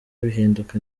bihinduka